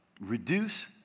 reduce